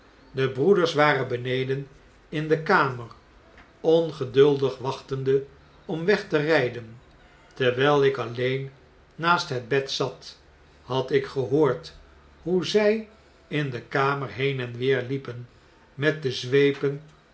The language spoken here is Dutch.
de broeders waren beneden in de kamer ongeduldig wachtende om weg te rjjden terwjjl ik alleen naast het bed zat had ik gehoord hoe zg in de kamer heen en weer liepen met de zweepen